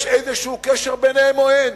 יש איזה קשר ביניהם או אין?